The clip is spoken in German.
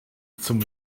zum